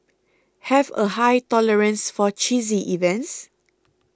have a high tolerance for cheesy events